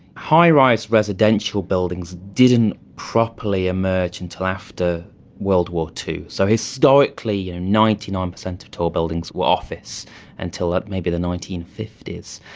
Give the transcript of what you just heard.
high-rise residential buildings didn't properly emerge until after world war ii. so historically, you know ninety nine percent of tall buildings were office until maybe the nineteen fifty s.